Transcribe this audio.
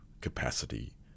capacity